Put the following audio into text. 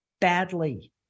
badly